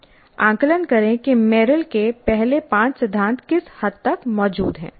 आकलन करें कि मेरिल के पहले पांच सिद्धांत किस हद तक मौजूद हैं